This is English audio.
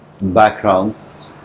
backgrounds